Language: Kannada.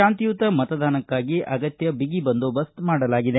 ಶಾಂತಿಯುತ ಮತದಾನಕ್ಕಾಗಿ ಬಿಗಿ ಬಂದೋಬಸ್ತ್ ಮಾಡಲಾಗಿದೆ